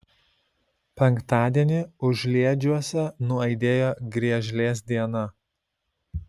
penktadienį užliedžiuose nuaidėjo griežlės diena